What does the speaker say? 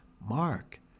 mark